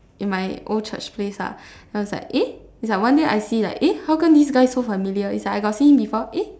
in my old church place lah and I was like eh it's like one day I see like eh how come this guy so familiar it's like I got see him before eh